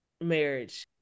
Marriage